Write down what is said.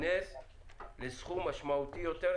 להתכנס לסכום משמעותי יותר,